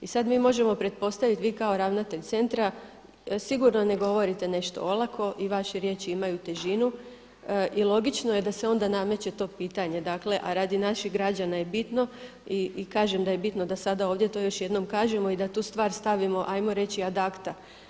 I sad mi možemo pretpostaviti, vi kao ravnatelj Centra sigurno ne govorite nešto olako i vaše riječi imaju težinu i logično je da se onda nameće to pitanje, dakle a radi naših građana je bitno i kažem da je bitno da sada ovdje to još jednom kažemo i da tu stvar stavimo hajmo reći ad acta.